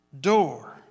door